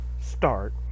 start